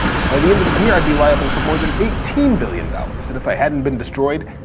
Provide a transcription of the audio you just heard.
by the end of the year, i'd be liable for more than eighteen billion dollars, and if i hadn't been destroyed,